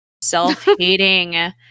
self-hating